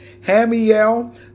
Hamiel